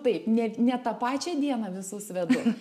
taip ne ne tą pačią dieną visus vedu